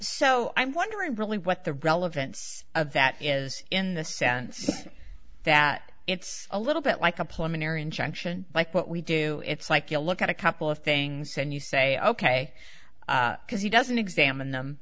so i'm wondering really what the relevance of that is in the sense that it's a little bit like a plumbing or injection like what we do it's like you look at a couple of things and you say ok because he doesn't examine them